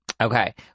Okay